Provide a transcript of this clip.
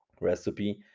recipe